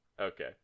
Okay